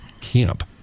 camp